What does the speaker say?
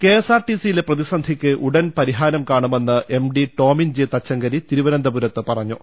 K S R T സിയിലെ പ്രതിസന്ധിക്ക് ഉടൻ പരിഹാരം കാണുമെന്ന് M D Tomin J Thachankary തിരുവനന്തപുരത്ത് പറഞ്ഞു